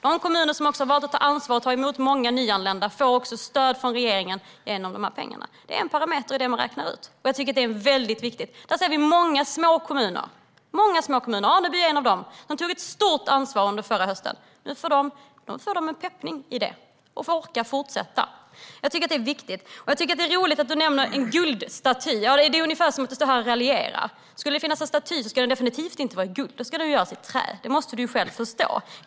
De kommuner som valde att ta ansvar och ta emot många nyanlända får också stöd från regeringen genom de här pengarna. Det är en parameter i det man räknar ut, och jag tycker att det är väldigt viktigt. Där ser vi många små kommuner, där Aneby är en, som tog ett ansvar under den förra hösten. Nu får de en peppning och orkar fortsätta. Jag tycker att det är viktigt. Jag tycker att det är roligt att Ola Johansson står här och raljerar och nämner en guldstaty. Skulle det finnas en staty skulle den definitivt inte vara i guld; då ska den göras i trä. Det måste ju Ola Johansson själv förstå.